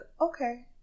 okay